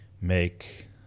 make